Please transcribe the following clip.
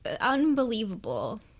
unbelievable